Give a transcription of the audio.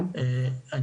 אתה שואל או אומר?